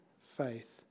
faith